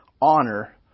honor